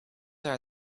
are